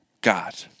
God